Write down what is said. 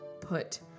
put